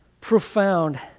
Profound